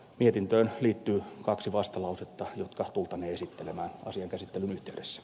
mietintöön liittyy kaksi vastalausetta jotka tultaneen esittelemään asian käsittelyn yhteydessä